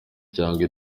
cyangwa